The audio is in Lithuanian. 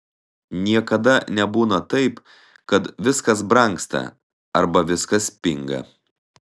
niekada nebūna taip kad viskas brangsta arba viskas pinga